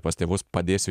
pas tėvus padėsiu